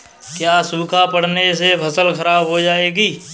क्या सूखा पड़ने से फसल खराब हो जाएगी?